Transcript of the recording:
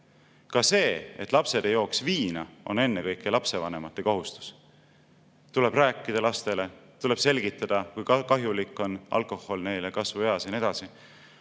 Ka see, et lapsed ei jooks viina, on ennekõike lapsevanemate kohustus. Tuleb rääkida lastele ja selgitada, kui kahjulik on alkohol neile kasvueas ja